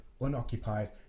unoccupied